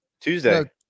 Tuesday